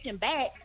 back